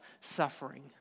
suffering